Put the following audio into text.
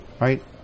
right